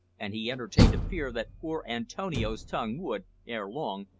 and he entertained a fear that poor antonio's tongue would, ere long,